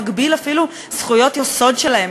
מגביל אפילו זכויות יסוד שלהם,